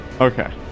Okay